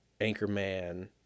Anchorman